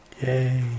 Yay